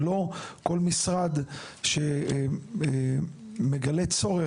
ולא כל משרד שמגלה צורך,